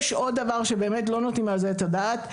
יש עוד דבר שבאמת לא נותנים על זה את הדעת.